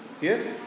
Yes